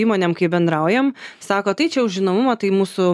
įmonėm kai bendraujam sako tai čia už žinomumą tai mūsų